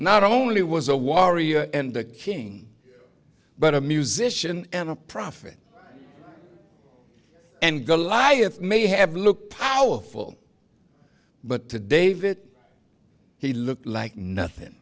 not only was a warrior and a king but a musician and a prophet and goliath may have looked powerful but to david he looked like nothing